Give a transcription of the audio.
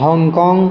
Hong Kong